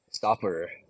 stopper